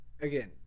Again